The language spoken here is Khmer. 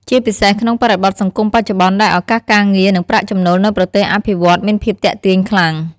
ជាពិសេសក្នុងបរិបទសង្គមបច្ចុប្បន្នដែលឱកាសការងារ និងប្រាក់ចំណូលនៅប្រទេសអភិវឌ្ឍន៍មានភាពទាក់ទាញខ្លាំង។